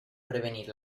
prevenir